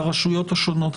לרשויות השונות,